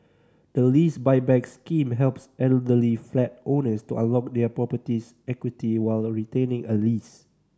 the Lease Buyback Scheme helps elderly flat owners to unlock their property's equity while retaining a lease